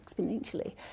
exponentially